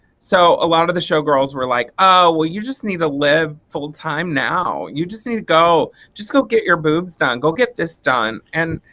so a lot of the show girls were like oh well you just need to live full time now. you just need to go just go get your boobs done go get this done. and